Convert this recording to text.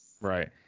right